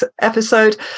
episode